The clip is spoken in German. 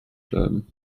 bleiben